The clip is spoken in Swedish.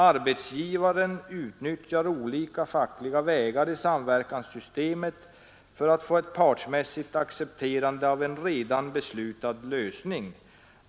Arbetsgivaren utnyttjar olika fackliga vägar i samverkansystemet för att få ett partmässigt accepterande av en redan beslutad lösning.